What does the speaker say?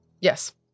Yes